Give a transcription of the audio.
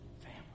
family